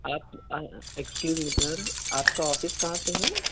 آپ آ excuse me sir آپ کا آفس کہاں پہ ہے